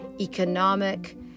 economic